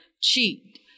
cheat